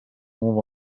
move